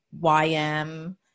YM